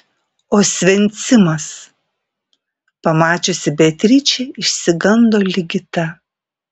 osvencimas pamačiusi beatričę išsigando ligita